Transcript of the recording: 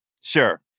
Sure